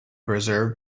preserve